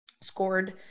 scored